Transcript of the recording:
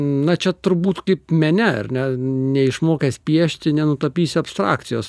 na čia turbūt kaip mene ar ne neišmokęs piešti nenutapysi abstrakcijos